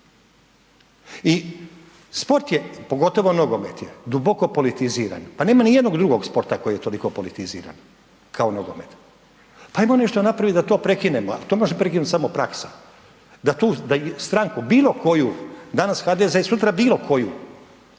I sport je, pogotovo nogomet je duboko politiziran, pa nema nijednog drugog sporta koji je toliko politiziran kao nogomet, pa ajmo nešto napravit da to prekinemo, a to može prekinut samo praksa, da tu, da stranku bilo koju, danas HDZ, sutra bilo koju,